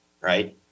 right